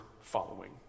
following